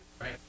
Right